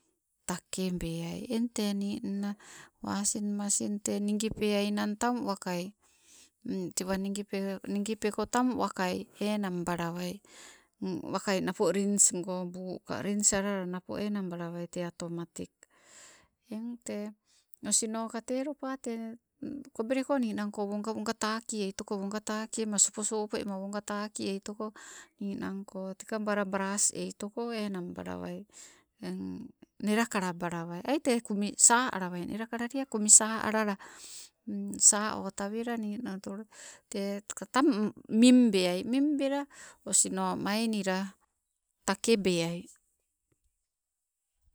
Takebeai, eng tee ningna, wasing masin te nigipeainang tang wakai tewa nipo, nigipeko tang wakai enangbalawai. Wakai napo rins go buu ka rins alala napo enangbala wai tee atomatik. Eng te osinoka tee lopa tee, kobeleko ninangko woga, woga taki eitoko wagataki ema sopo, sopo ema wagatakietoko, ninangko teka bara baras eitoko enangbalawai, nelakala balawai ii, tee kumi saa alawai nelakalalea, kumi sa alala sa otawela ninang tolo, tee ka tang, ming beai, minbela osino mainila takebeai.